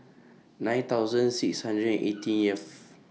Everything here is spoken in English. nine thousand six hundred eighteenth